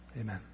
Amen